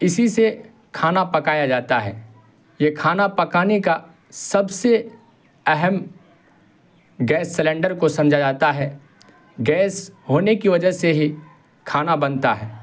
اسی سے کھانا پکایا جاتا ہے یہ کھانا پکانے کا سب سے اہم گیس سلنڈر کو سمجھا جاتا ہے گیس ہونے کی وجہ سے ہی کھانا بنتا ہے